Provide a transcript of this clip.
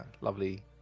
lovely